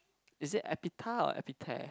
is it epita or epita